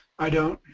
i don't.